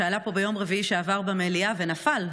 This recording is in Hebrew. שעלה פה ביום רביעי שעבר במליאה ונפל,